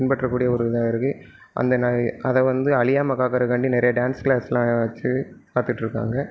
பின்பற்றக்கூடிய ஒரு இதாக இருக்குது அந்த ந அதை வந்து அழியாமல் காக்கிறக்காண்டி நிறைய டான்ஸ் கிளாஸ்யெலாம் வச்சு காத்துகிட்ருக்காங்க